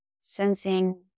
sensing